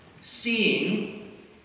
Seeing